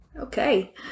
Okay